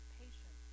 patient